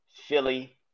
Philly